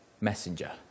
messenger